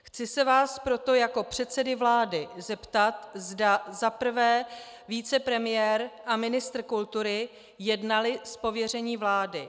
Chci se vás proto jako předsedy vlády zeptat, zda za prvé vicepremiér a ministr kultury jednali z pověření vlády.